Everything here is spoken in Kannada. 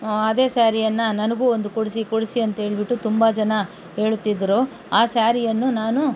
ಅದೇ ಸ್ಯಾರಿಯನ್ನು ನನಗೂ ಒಂದು ಕೊಡಿಸಿ ಕೊಡಿಸಿ ಅಂತ ಹೇಳಿಬಿಟ್ಟು ತುಂಬ ಜನ ಹೇಳುತ್ತಿದ್ರು ಆ ಸ್ಯಾರಿಯನ್ನು ನಾನು